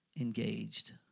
engaged